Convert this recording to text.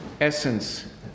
essence